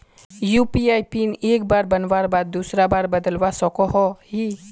UPI PIN एक बार बनवार बाद दूसरा बार बदलवा सकोहो ही?